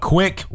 quick